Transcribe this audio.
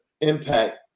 impact